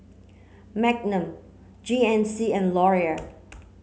Magnum G N C and Laurier